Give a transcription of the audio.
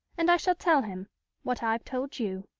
and i shall tell him what i've told you.